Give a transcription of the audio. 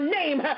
name